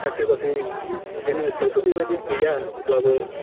साख्रि बाख्रि जोंनि ओनसोलावथ' बेबायदि गैया अब्लाबो